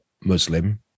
Muslim